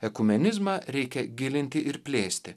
ekumenizmą reikia gilinti ir plėsti